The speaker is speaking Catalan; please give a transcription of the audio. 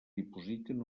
dipositen